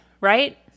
right